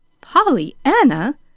Pollyanna